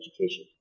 education